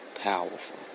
powerful